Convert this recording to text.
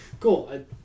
Cool